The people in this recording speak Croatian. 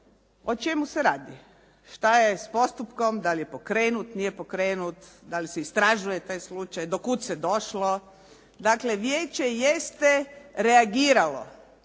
o čemu se radi. Šta je s postupkom, da li je pokrenut, nije pokrenut, da li se istražuje taj slučaj, do kud se došlo. Dakle, vijeće jeste reagiralo